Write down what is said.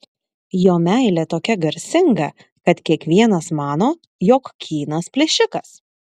jo meilė tokia garsinga kad kiekvienas mano jog kynas plėšikas